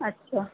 अछा